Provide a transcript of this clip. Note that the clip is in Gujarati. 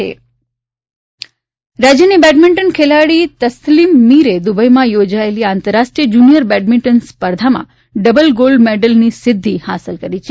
તસ્લીમ મીર રાજ્યની બેડમિન્ટન ખેલાડી તસલીમ મીરે દુબઈમાં યોજાયેલો આંતરરાષ્ટ્રીય જૂનિયર બેડમિન્ટન સ્પર્ધામાં ડબલ ગોલ્ડ મેડલ્સની સિંતઘ્ઘ હાંસલ કરી છે